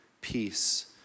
peace